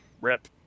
RIP